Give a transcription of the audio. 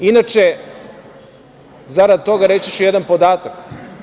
Inače, zarad toga, reći ću jedan podatak.